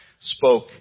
spoke